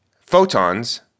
photons